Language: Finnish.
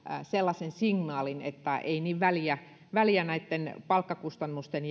sellaisen signaalin että ei niin väliä väliä palkkakustannusten